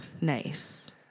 Nice